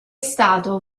stato